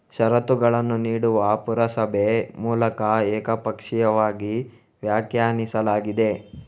ಷರತ್ತುಗಳನ್ನು ನೀಡುವ ಪುರಸಭೆ ಮೂಲಕ ಏಕಪಕ್ಷೀಯವಾಗಿ ವ್ಯಾಖ್ಯಾನಿಸಲಾಗಿದೆ